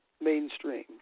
mainstream